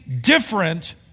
different